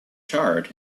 charred